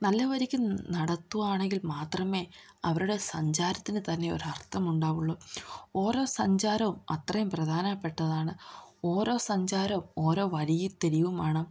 നല്ല വഴിക്ക് നടത്തുകയാണെങ്കിൽ മാത്രമേ അവരുടെ സഞ്ചാരത്തിന് തന്നെ ഒരർത്ഥം ഉണ്ടാവുള്ളൂ ഓരോ സഞ്ചാരവും അത്രയും പ്രധാനപ്പെട്ടതാണ് ഓരോ സഞ്ചാരവും ഒരോ വഴിയും തെഴിവുമാണ്